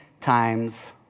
times